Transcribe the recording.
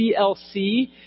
CLC